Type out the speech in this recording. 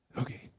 Okay